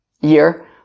year